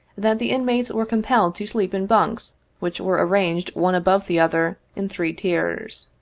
that the inmates were compelled to sleep in bunks which were arranged one above the other, in three tiers.